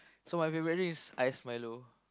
so everybody is ice milo